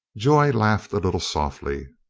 joy laughed a little softly.